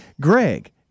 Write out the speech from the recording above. greg